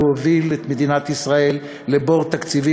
הוא הוביל את מדינת ישראל לבור תקציבי,